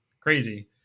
crazy